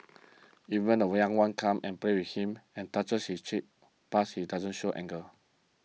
even when are one come and play with him and touch his cheek pads he doesn't show anger